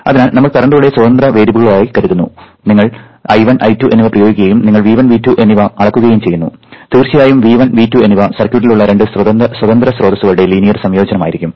അതിനാൽ നമ്മൾ കറന്റുകളെ സ്വതന്ത്ര വേരിയബിളുകളായി കരുതുന്നു നിങ്ങൾ I1 I2 എന്നിവ പ്രയോഗിക്കുകയും നിങ്ങൾ V1 V2 എന്നിവ അളക്കുകയും ചെയ്യുന്നു തീർച്ചയായും V1 V2 എന്നിവ സർക്യൂട്ടിലുള്ള രണ്ട് സ്വതന്ത്ര സ്രോതസ്സുകളുടെ ലീനിയർ സംയോജനമായിരിക്കും